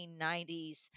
1990s